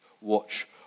watch